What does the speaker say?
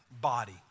body